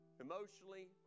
emotionally